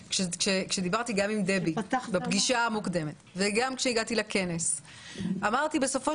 כשדיברתי גם עם דבי בפגישה המוקדמת וגם כשהגעתי לכנס אמרתי שבסופו